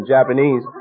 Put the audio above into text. Japanese